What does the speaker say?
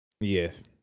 Yes